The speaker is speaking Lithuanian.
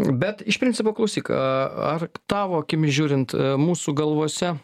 bet iš principo klausyk a ar tavo akimis žiūrint mūsų galvose